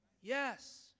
Yes